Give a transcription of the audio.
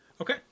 okay